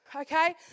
okay